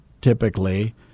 typically